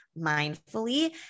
mindfully